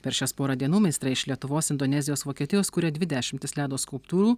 per šias porą dienų meistrai iš lietuvos indonezijos vokietijos kuria dvi dešimtis ledo skulptūrų